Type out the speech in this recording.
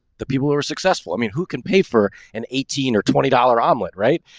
the people who are successful, i mean, who can pay for an eighteen or twenty dollars omelet, right?